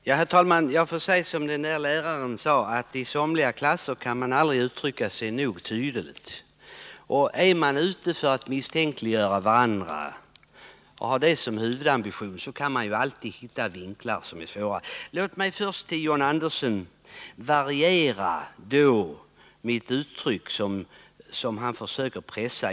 Herr talman! Jag får säga som läraren: I somliga klasser kan man aldrig uttrycka sig nog tydligt. Är man ute för att misstänkliggöra varandra, och har det som huvudambition, kan man ju alltid hitta svåra vinklar. Låt mig först få variera med tanke på det uttryck som John Andersson försökte pressa.